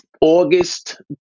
August